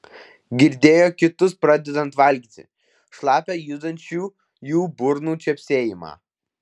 girdėjo kitus pradedant valgyti šlapią judančių jų burnų čepsėjimą